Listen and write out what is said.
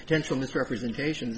potential misrepresentation